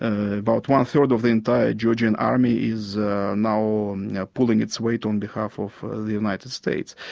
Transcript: ah about one-third of the entire georgian army is now now pulling its weight on behalf of the united states.